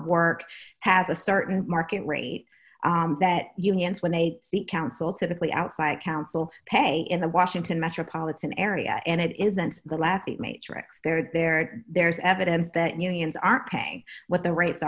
work has a certain market rate that unions when they seek counsel typically outside counsel pay in the washington metropolitan area and it isn't the lappie matrix they're there there's evidence that unions aren't paying what the rates